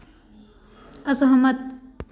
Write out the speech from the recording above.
असहमत